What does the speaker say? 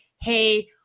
hey